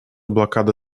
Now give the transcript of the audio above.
блокада